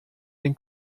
den